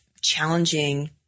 challenging